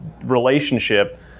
relationship